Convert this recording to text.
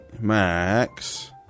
Max